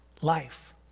life